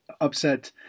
upset